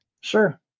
Sure